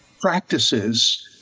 practices